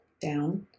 down